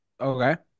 Okay